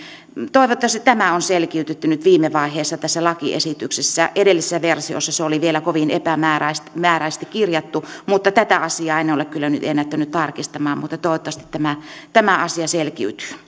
toivottavasti tämä on selkiytetty nyt viime vaiheessa tässä lakiesityksessä edellisessä versiossa se oli vielä kovin epämääräisesti epämääräisesti kirjattu mutta tätä asiaa en ole kyllä nyt ennättänyt tarkistamaan toivottavasti tämä asia selkiytyy